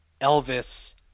Elvis